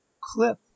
clip